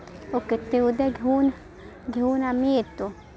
okay ते उद्या घेऊन घेऊन आम्ही येतो